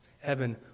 Heaven